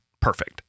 perfect